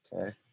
Okay